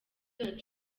donald